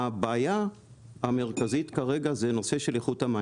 הבעיה המרכזית כרגע זה נושא של איכות המים,